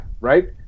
right